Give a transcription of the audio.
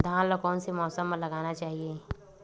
धान ल कोन से मौसम म लगाना चहिए?